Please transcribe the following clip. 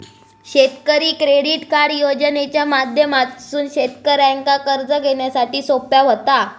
शेतकरी credit card योजनेच्या माध्यमातसून शेतकऱ्यांका कर्ज घेण्यासाठी सोप्या व्हता